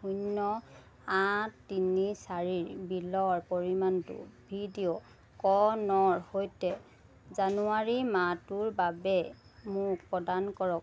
শূন্য় আঠ তিনি চাৰিৰ বিলৰ পৰিমাণটো ভিডিঅ' ক নৰ সৈতে জানুৱাৰী মাহটোৰ বাবে মোক প্ৰদান কৰক